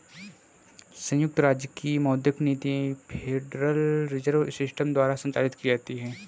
संयुक्त राज्य की मौद्रिक नीति फेडरल रिजर्व सिस्टम द्वारा संचालित की जाती है